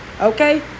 Okay